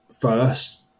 first